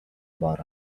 بار